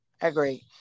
agree